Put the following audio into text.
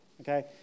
Okay